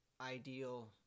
Ideal